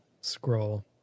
scroll